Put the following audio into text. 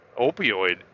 opioid